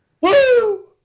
Woo